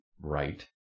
right